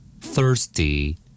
thirsty